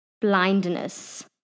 blindness